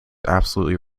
absolutely